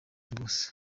rwose